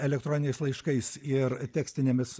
elektroniniais laiškais ir tekstinėmis